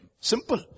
Simple